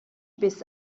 biss